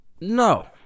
No